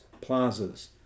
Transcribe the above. plazas